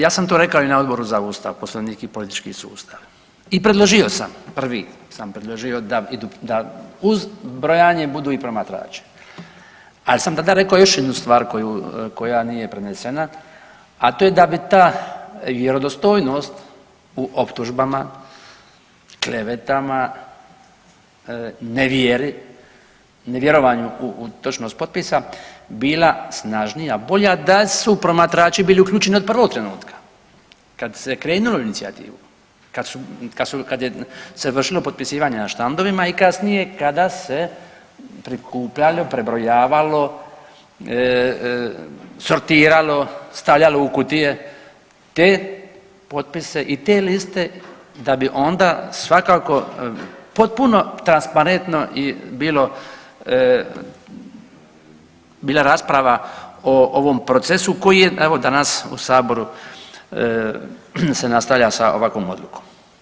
Ja sam to rekao i na Odboru za ustav, Poslovnik i politički sustav i predložio sam, prvi sam predložio da idu, da uz brojanje budu i promatrači, ali sam tada rekao još jednu stvar koju, koja nije prenesena, a to je da bi ta vjerodostojnost u optužbama, klevetama, nevjeri i ne vjerovanju u točnost potpisa bila snažnija i bolja da su promatrači bili uključeni od prvog trenutka kad se krenulo u inicijativu, kad su, kad su, kad je se vršilo potpisivanje na štandovima i kasnije kada se prikupljalo, prebrojavalo, sortiralo i stavljalo u kutije te potpise i te liste da bi onda svakako potpuno transparentno i bilo, bila rasprava o ovom procesu koji je evo danas u saboru se nastavlja sa ovakvom odlukom.